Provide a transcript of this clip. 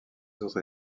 autres